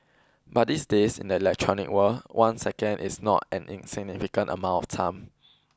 but these days in the electronic world one second is not an insignificant amount of time